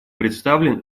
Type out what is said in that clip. представлен